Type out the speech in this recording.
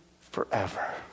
forever